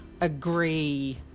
agree